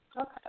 Okay